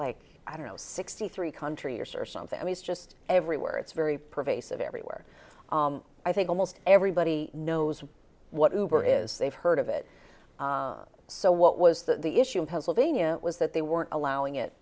like i don't know sixty three country years or something i mean just everywhere it's very pervasive everywhere i think almost everybody knows what uber is they've heard of it so what was the issue in pennsylvania was that they weren't allowing it